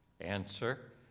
answer